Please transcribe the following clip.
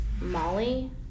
Molly